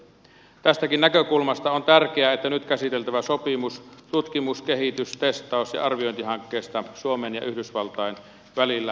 tästäkin näkökulmasta on tärkeää että nyt käsiteltävä sopimus tutkimus kehitys testaus ja arviointihankkeesta suomen ja yhdysvaltain välillä